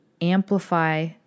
amplify